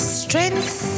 strength